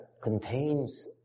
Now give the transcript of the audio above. contains